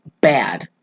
bad